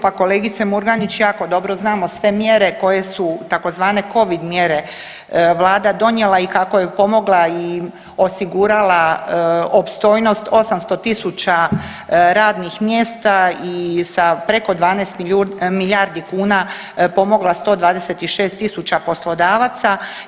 Pa kolegice Murganić, jako dobro znamo sve mjere koje su tzv. Covid mjere Vlada donijela i kako je pomogla i osigurala opstojnost 800 tisuća radnih mjesta i sa preko 12 milijardi kuna pomogla 126 tisuća poslodavaca.